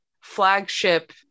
flagship